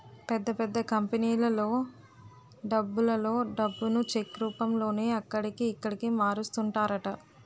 పెద్ద పెద్ద కంపెనీలలో డబ్బులలో డబ్బును చెక్ రూపంలోనే అక్కడికి, ఇక్కడికి మారుస్తుంటారట